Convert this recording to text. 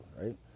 right